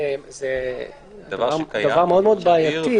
זה דבר מאוד מאוד בעייתי.